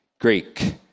Greek